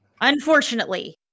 unfortunately